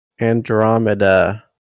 andromeda